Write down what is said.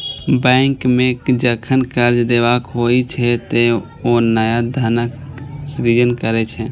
bank कें जखन कर्ज देबाक होइ छै, ते ओ नया धनक सृजन करै छै